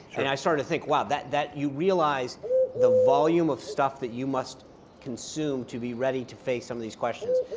and i started to think, wow, that that you realize the volume of stuff that you must consume to be ready to face some of these questions.